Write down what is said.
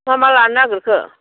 मा मा लानो नागिरखो